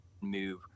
move